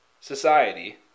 society